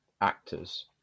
actors